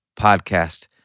podcast